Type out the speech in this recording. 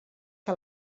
que